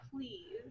please